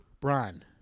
Brian